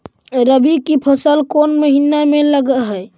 रबी की फसल कोन महिना में लग है?